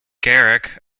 garrick